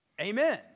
Amen